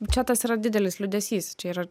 čia tas yra didelis liūdesys čia yra